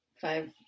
five